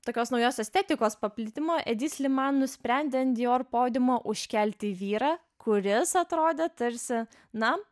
tokios naujos estetikos paplitimo edi sliman nusprendė an dior podiumo užkelti vyrą kuris atrodė tarsi na